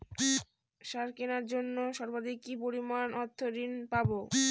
সার কেনার জন্য সর্বাধিক কি পরিমাণ অর্থ ঋণ পাব?